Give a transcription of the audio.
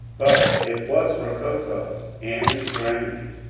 but it was rococo and strained.